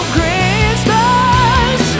Christmas